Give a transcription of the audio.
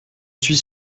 suis